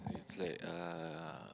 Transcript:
it's like uh